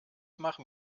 machen